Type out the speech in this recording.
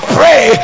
pray